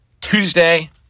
Tuesday